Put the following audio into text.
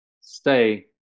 stay